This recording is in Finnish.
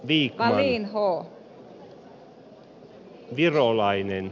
ii vähämäen esitystä